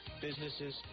businesses